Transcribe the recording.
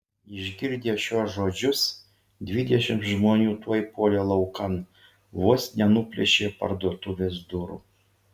išgirdę šiuos žodžius dvidešimt žmonių tuoj puolė laukan vos nenuplėšė parduotuvės durų